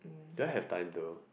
do I have time though